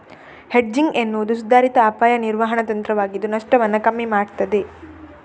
hedging ಎನ್ನುವುದು ಸುಧಾರಿತ ಅಪಾಯ ನಿರ್ವಹಣಾ ತಂತ್ರವಾಗಿದ್ದು ನಷ್ಟವನ್ನ ಕಮ್ಮಿ ಮಾಡ್ತದೆ